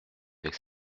avec